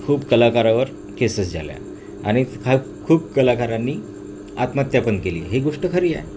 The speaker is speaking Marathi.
खूप कलाकारावर केसेस झाल्या आणि हा खूप कलाकारांनी आत्महत्या पण केली ही गोष्ट खरी आहे